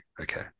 Okay